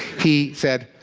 he said,